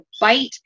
bite